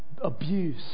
abuse